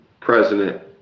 president